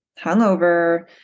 hungover